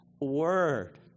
word